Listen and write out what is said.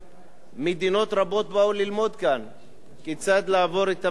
מדינות רבות באו ללמוד כאן כיצד לעבור את המשבר הזה,